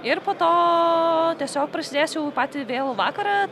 ir po tooo tiesiog prasidės jau patį vėlų vakarą